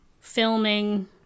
filming